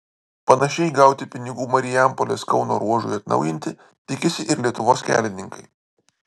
panašiai gauti pinigų marijampolės kauno ruožui atnaujinti tikisi ir lietuvos kelininkai